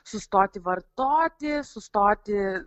sustoti vartoti sustoti